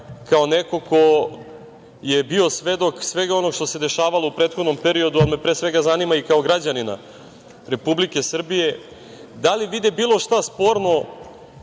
kao neko ko je bio svedok svega onoga što se dešavalo u prethodnom periodu, ali me pre zanima i kao građanina Republike Srbije – da li vide bilo što sporno